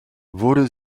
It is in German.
wurde